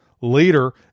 Later